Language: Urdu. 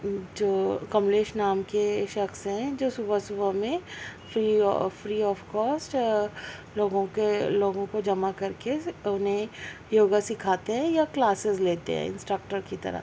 جو کملیش نام کے شخص ہیں جو صبح صبح میں free of free of cost لوگوں کے لوگوں کو جمع کر کے انہیں یوگا سکھاتے ہیں یا کلاسز لیتے ہیں انسٹرکٹر کی طرح